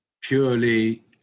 purely